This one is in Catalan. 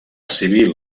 civil